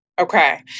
Okay